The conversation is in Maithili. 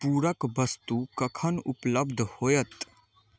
पूरक वस्तु कखन उपलब्ध होयत